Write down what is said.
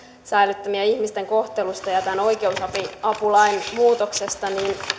säilyttämien ihmisten kohtelusta ja ja tämän oikeusapulain muutoksesta niin